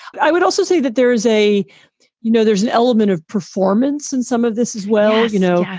i would also say that there is a you know, there's an element of performance and some of this is, well, you know,